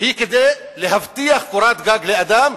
היא כדי להבטיח קורת גג לאדם,